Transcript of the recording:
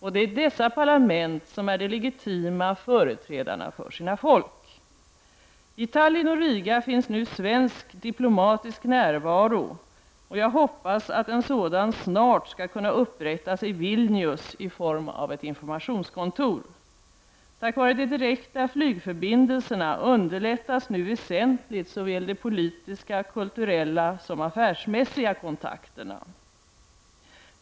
Det är dessa parlament som är de legitima företrädarna för sina folk. I Tallinn och Riga finns nu svensk diplomatisk närvaro, och jag hoppas att en sådan snart skall kunna upprättas i Vilnius i form av ett informationskontor. Tack vare de direkta flygförbindelserna underlättas nu väsentligt såväl de politiska och kulturella som de affärsmässiga kontakterna.